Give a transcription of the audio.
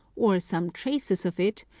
or some traces of it,